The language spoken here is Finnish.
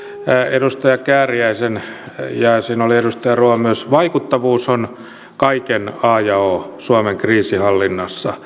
edustaja kääriäinen ja siinä oli edustaja ruoho myös vaikuttavuus on kaiken a ja o suomen kriisinhallinnassa